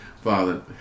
Father